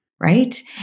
right